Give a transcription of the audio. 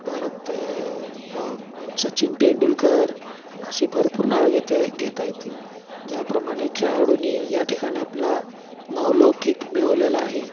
परत सचिन तेंडुलकर असे भरपूर नावे घेते घेता येतील ज्याप्रमाणे खेळाडूनी या ठिकाणी आपला नावलौकिक मिळवलेला आहे